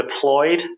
deployed